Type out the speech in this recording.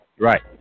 Right